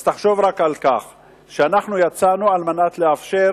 אז תחשוב רק על כך שאנחנו יצאנו על מנת לאפשר